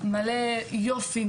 מלא יופי,